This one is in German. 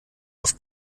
auf